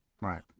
Right